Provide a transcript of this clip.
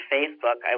Facebook